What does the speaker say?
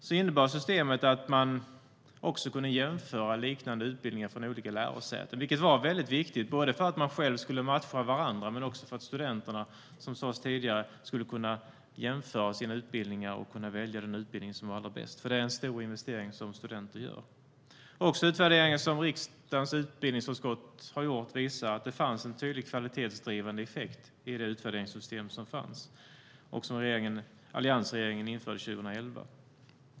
Systemet innebar att man kunde jämföra liknande utbildningar från olika lärosäten. Det var viktigt, både för att lärosätena själva skulle matcha varandra och för att studenterna, såsom nämndes tidigare, skulle kunna jämföra sina utbildningar och välja den allra bästa, eftersom det är en stor investering som studenterna gör. Också de utvärderingar som riksdagens utbildningsutskott har gjort visar att det fanns en tydlig kvalitetsdrivande effekt i det utvärderingssystem som alliansregeringen införde 2011.